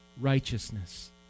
righteousness